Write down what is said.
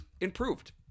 improved